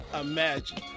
imagine